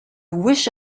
wish